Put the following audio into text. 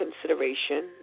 consideration